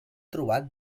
trobat